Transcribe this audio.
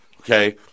Okay